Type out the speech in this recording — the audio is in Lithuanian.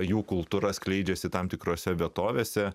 jų kultūra skleidžiasi tam tikrose vietovėse